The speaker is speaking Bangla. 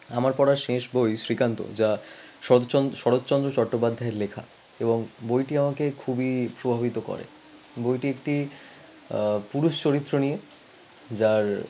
আমার পড়া শেষ বই শ্রীকান্ত যা শরৎচন্দ শরৎচন্দ্র চট্টপাধ্যায়ের লেখা এবং বইটি আমাকে খুবই প্রভাবিত করে বইটিতে পুরুষ চরিত্র নিয়ে যার